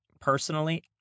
Personally